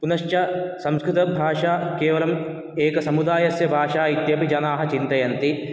पुनश्च संस्कृतभाषाकेवलं एकसमुदायस्य भाषा इत्यपि जनाः चिन्तयन्ति